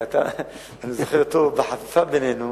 אני זוכר טוב שבחפיפה בינינו